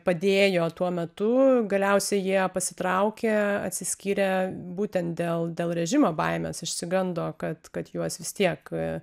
padėjo tuo metu galiausiai jie pasitraukė atsiskyrė būtent dėl dėl režimo baimės išsigando kad kad juos vis tiek